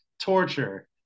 torture